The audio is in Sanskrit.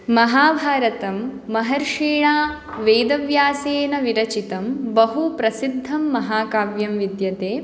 महाभारतं महर्षिणा वेदव्यासेन विरचितं बहुप्रसिद्धं महाकाव्यम् विद्यते